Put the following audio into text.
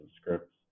scripts